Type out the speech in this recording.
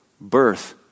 birth